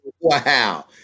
Wow